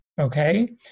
okay